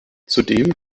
zudem